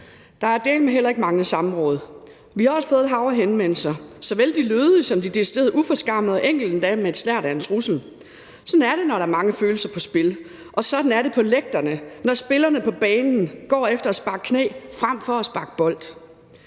Der har dæleme heller ikke manglet samråd. Vi har også fået et hav af henvendelser, såvel lødige som deciderede uforskammede og enkelte endda med en snert af en trussel. Sådan er det, når der er mange følelser på spil, og sådan er det på lægterne, når spillerne på banen går efter at sparke knæ frem for at sparke bold.